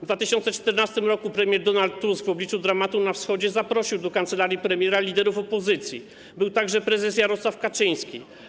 W 2014 r. premier Donald Tusk w obliczu dramatu na wschodzie zaprosił do kancelarii premiera liderów opozycji, był także prezes Jarosław Kaczyński.